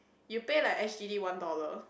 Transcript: you pay like sgd one dollar